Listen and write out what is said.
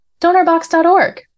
DonorBox.org